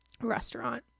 restaurant